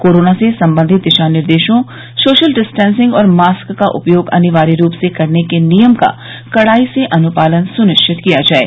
corona से संबंधित दिशा निर्देशों सोशल डिस्टॅसिंग और मास्क का उपयोग अनिवार्य रूप से करने के नियम का कड़ाई से अनुपालन सुनिश्चित किया जाये